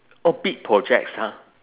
oh big projects ha